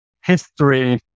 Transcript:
history